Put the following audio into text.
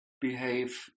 behave